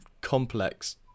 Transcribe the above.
complex